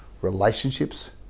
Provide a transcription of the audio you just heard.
Relationships